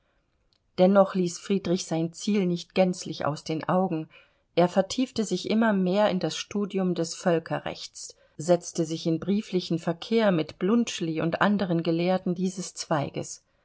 dennoch ließ friedrich sein ziel nicht gänzlich aus den augen er vertiefte sich immer mehr in das studium des völkerrechts setzte sich in brieflichen verkehr mit bluntschli und anderen gelehrten dieses zweiges